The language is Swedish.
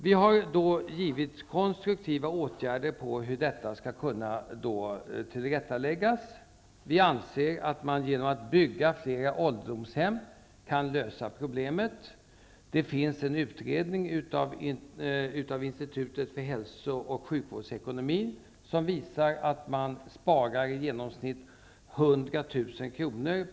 Vi har då föreslagit konstruktiva åtgärder för hur detta skall kunna tillrättaläggas. Vi anser att man genom att bygga flera ålderdomshem kan lösa problemet. Det finns en utredning av Institutet för hälso och sjukvårdsekonomi som visar att man sparar i genomsnitt 100 000 kr.